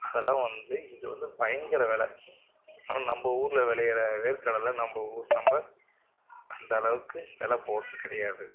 அதெல்லாம் வந்து இங்கே வந்து பயங்கர வெலை ஆனால் நம்ம ஊரில் விளையிற வேர்க்கடலை நம்ம நம்ம அந்தளவுக்கு வெலை போகிறது கிடையாது